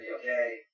okay